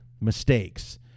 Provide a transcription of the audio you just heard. mistakes